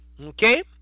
Okay